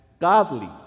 godly